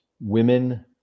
women